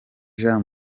jean